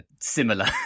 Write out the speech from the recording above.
similar